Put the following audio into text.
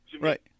Right